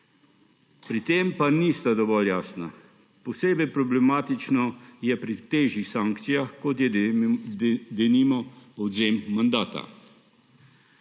pri tem pa nista dovolj jasna. Posebej problematično je pri težjih sankcijah, kot je denimo odvzem mandata.